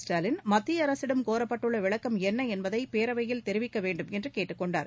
ஸ்டாலின் மத்திய அரசிடம் கோரப்பட்டுள்ள விளக்கம் என்ன என்பதை பேரவையில் தெரிவிக்க வேண்டும் என்று கேட்டுக் கொண்டார்